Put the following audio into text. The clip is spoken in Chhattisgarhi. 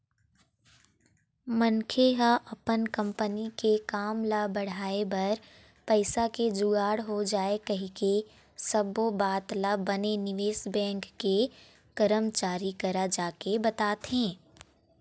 मनखे ह अपन कंपनी के काम ल बढ़ाय बर पइसा के जुगाड़ हो जाय कहिके सब्बो बात ल बने निवेश बेंक के करमचारी करा जाके बताथे